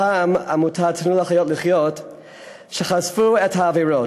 והפעם עמותת "תנו לחיות לחיות" הם שחשפו את העבירות,